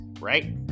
right